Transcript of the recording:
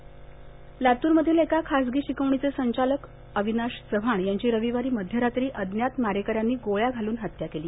हत्या लातूर लातूरमधील एका खासगी शिकवणीचे संचालक अविनाश चव्हाण यांची रविवारी मध्यरात्री अज्ञात मारेकऱ्यांनी गोळ्या घालून हत्त्या केली